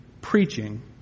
preaching